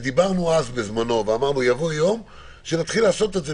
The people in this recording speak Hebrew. ודיברנו אז בזמנו שיבוא יום ונתחיל לעשות את זה,